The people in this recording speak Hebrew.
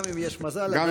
גם אם יש מזל, עדיין, דקה.